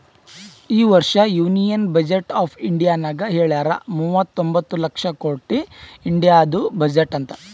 ಈ ವರ್ಷ union budget of ಇಂಡಿಯಾನಾಗ್ ಹೆಳ್ಯಾರ್ ಮೂವತೊಂಬತ್ತ ಲಕ್ಷ ಕೊಟ್ಟಿ ಇಂಡಿಯಾದು ಬಜೆಟ್ ಅಂತ್